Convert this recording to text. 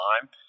time